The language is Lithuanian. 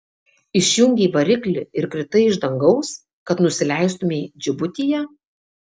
išjungei variklį ir kritai iš dangaus kad nusileistumei džibutyje